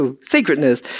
Sacredness